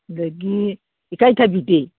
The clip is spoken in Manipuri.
ꯑꯗꯒꯤ ꯏꯀꯥꯏ ꯊꯕꯤꯗꯤ